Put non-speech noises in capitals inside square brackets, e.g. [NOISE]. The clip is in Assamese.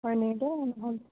হয় নেকি [UNINTELLIGIBLE]